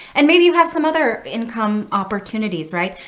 and maybe you have some other income opportunities, right?